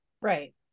right